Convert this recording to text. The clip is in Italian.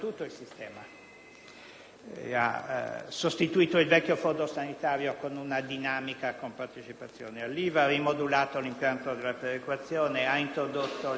ha sostituito il vecchio fondo sanitario con una dinamica compartecipazione all'IVA, ha rimodulato l'impianto della perequazione, ha introdotto le addizionali IRPEF.